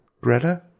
Greta